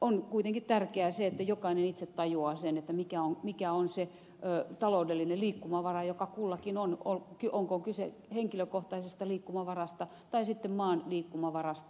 on kuitenkin tärkeää että jokainen itse tajuaa mikä on se taloudellinen liikkumavara joka kullakin on olkoon kyse henkilökohtaisesta liikkumavarasta tai sitten maan liikkumavarasta